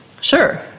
Sure